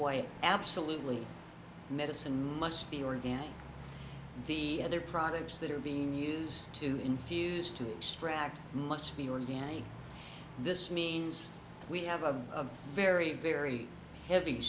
why it absolutely medicine must be organic the other products that are being used to infuse to extract must be organic this means we have a very very heavy